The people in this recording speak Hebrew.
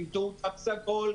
תמצאו תו סגול,